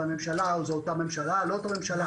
ואם הממשלה זו אותה ממשלה או לא אותה ממשלה.